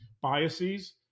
biases